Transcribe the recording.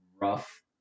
rough